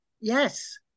yes